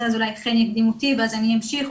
אז אולי חן יקדים אותי ואז אני אמשיך,